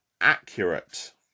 accurate